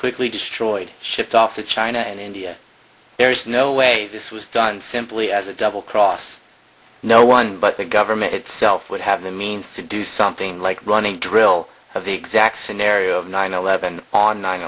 quickly destroyed shipped off to china and india there is no way this was done simply as a double cross no one but the government itself would have the means to do something like run a drill of the exact scenario of nine eleven on nine